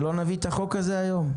שלא נביא את החוק הזה היום?